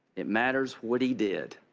it matters what he did.